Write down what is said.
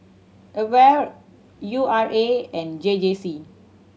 AWARE U R A and J J C